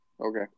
Okay